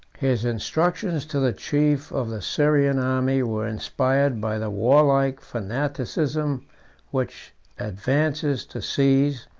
his instructions to the chiefs of the syrian army were inspired by the warlike fanaticism which advances to seize,